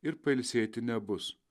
ir pailsėti nebus